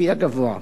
לפי הגבוה.